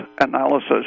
analysis